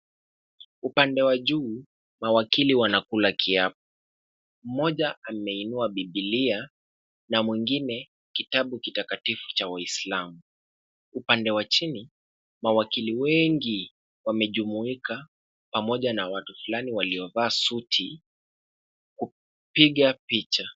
Upande wa juu mawakili wanakula kiapo. Mmoja ameinua Biblia na mwengine kitabu kitakatifu cha waislamu. Upande wa chini, mawakili wengi wamejumuika pamoja na watu fulani waliovaa suti kupiga picha.